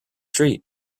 street